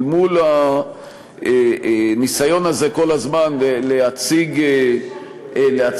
אל מול הניסיון הזה כל הזמן להציג את